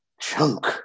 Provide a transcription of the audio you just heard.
Chunk